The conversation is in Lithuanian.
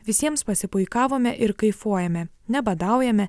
visiems pasipuikavome ir kaifuojame nebadaujame